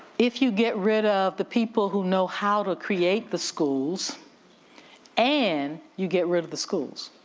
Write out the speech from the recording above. if you get rid of the people who know how to create the schools and you get rid of the schools,